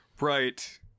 Right